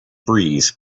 breeze